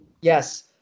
yes